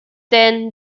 then